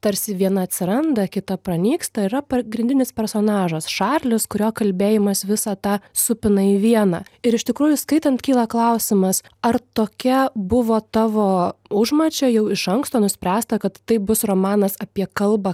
tarsi viena atsiranda kita pranyksta yra pagrindinis personažas čarlis kurio kalbėjimas visą tą supina į vieną ir iš tikrųjų skaitant kyla klausimas ar tokia buvo tavo užmačia jau iš anksto nuspręsta kad tai bus romanas apie kalbą